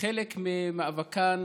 כחלק ממאבקן